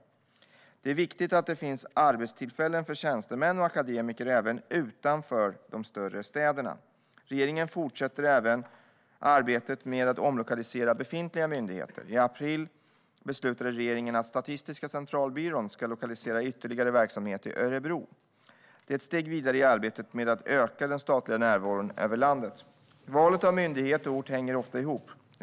Det är viktigt att det finns arbetstillfällen för tjänstemän och akademiker även utanför de större städerna. Regeringen fortsätter även arbetet med att omlokalisera befintliga myndigheter. I april beslutade regeringen att Statistiska centralbyrån ska lokalisera ytterligare verksamhet till Örebro. Det är ett steg vidare i arbetet med att öka den statliga närvaron över landet. Valet av myndighet och ort hänger ofta ihop.